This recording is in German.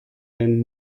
den